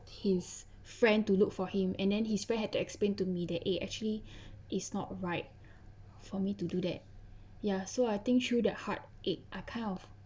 his friend to look for him and then his friend had to explain to me that eh actually is not right for me to do that ya so I think through the heartache I kind of